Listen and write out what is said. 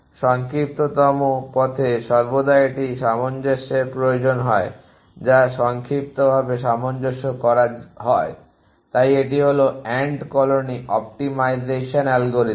সংক্ষিপ্ততম পথে সর্বদা এটির সামঞ্জস্যের প্রয়োজন হয় যা সংক্ষিপ্তভাবে সামঞ্জস্য করা হয় তাই এটি হল এন্ট কলোনি অপ্টিমাইজেশান অ্যালগরিদম